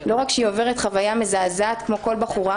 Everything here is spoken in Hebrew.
לא רק שהיא עוברת חוויה מזעזעת כמו כל בחורה,